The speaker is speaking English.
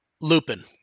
Lupin